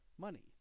money